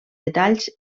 detalls